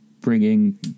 bringing